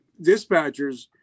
dispatchers